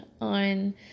On